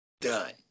Done